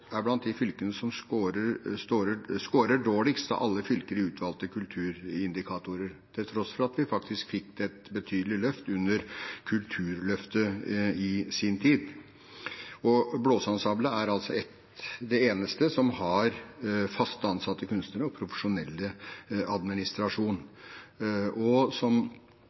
er blant de fylkene som scorer dårligst av alle fylker i utvalgte kulturindikatorer, til tross for at vi faktisk fikk til et betydelig løft under Kulturløftet i sin tid. Blåseensemblet er altså det eneste som har fast ansatte kunstnere og profesjonell administrasjon. Og som